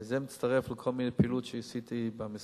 וזה מצטרף לכל מיני פעילות שעשיתי במשרד,